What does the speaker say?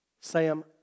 Sam